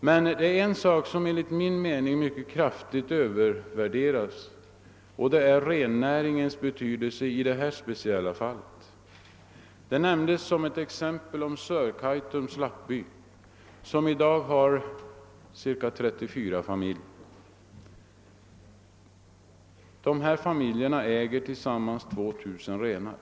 Men det är en sak som enligt min mening mycket kraftigt övervärderats, nämligen rennäringens betydelse i detta speciella fall. Som ett exempel har nämnts Sörkaitums lappby där det i dag finns ca 34 familjer. Dessa familjer äger tillsammans 2000 renar.